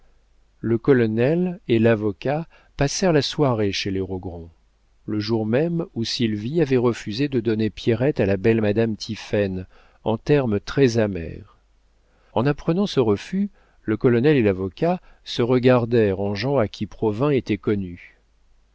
le colonel et l'avocat passèrent la soirée chez les rogron le jour même où sylvie avait refusé de donner pierrette à la belle madame tiphaine en termes très amers en apprenant ce refus le colonel et l'avocat se regardèrent en gens à qui provins était connu